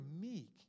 meek